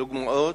דוגמאות: